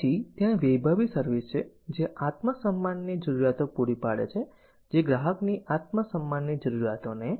પછી ત્યાં વૈભવી સર્વિસ છે જે આત્મસન્માનની જરૂરિયાતો પૂરી પાડે છે જે ગ્રાહકની આત્મસન્માનની જરૂરિયાતોને